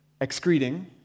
Excreting